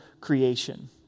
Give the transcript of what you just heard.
creation